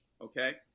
okay